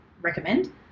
recommend